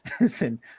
listen